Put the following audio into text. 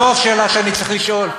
זו שאלה שאני צריך לשאול.